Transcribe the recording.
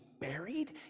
buried